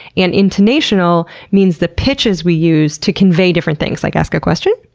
and intonational means the pitches we use to convey different things, like ask a question,